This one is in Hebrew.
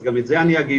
אז גם את זה אני יגיד.